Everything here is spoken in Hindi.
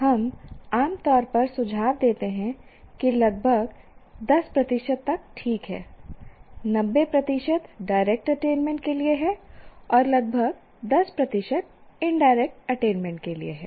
हम आमतौर पर सुझाव देते हैं कि लगभग 10 प्रतिशत ठीक है 90 प्रतिशत डायरेक्ट अटेनमेंट के लिए है और लगभग 10 प्रतिशत इनडायरेक्ट अटेनमेंट के लिए है